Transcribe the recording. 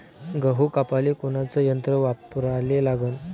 गहू कापाले कोनचं यंत्र वापराले लागन?